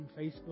Facebook